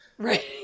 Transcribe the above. Right